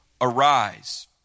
arise